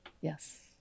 Yes